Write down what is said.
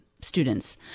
students